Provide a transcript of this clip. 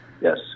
Yes